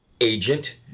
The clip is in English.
agent